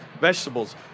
vegetables